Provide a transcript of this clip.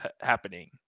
happening